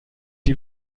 die